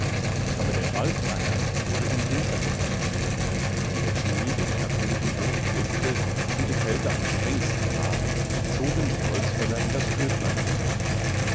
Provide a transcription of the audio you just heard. aber der waldacker wurde im winter gemäht wenn der schnee den erdboden hoch bedeckte und die kälte am strengsten war zogen die holzfäller in das ödland hinaus